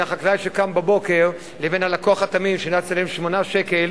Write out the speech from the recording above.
החקלאי שקם בבוקר לבין הלקוח התמים שנאלץ לשלם 8 שקלים